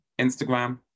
instagram